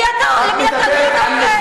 אז אל תעשו בתי-כלא שם.